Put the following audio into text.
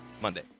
Monday